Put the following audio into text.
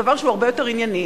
לדבר שהוא הרבה יותר ענייני,